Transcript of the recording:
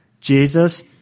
Jesus